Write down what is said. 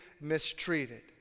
mistreated